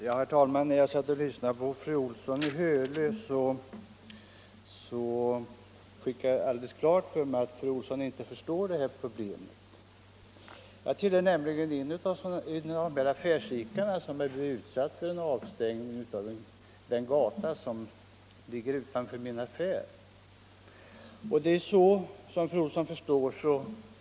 Herr talman! När jag lyssnade till fru Olsson i Hölö fick jag alldeles klart för mig att fru Olsson inte förstår det här problemet. Jag tillhör själv de affärsidkare som blivit utsatta för avstängning av gatan utanför affären.